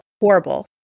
horrible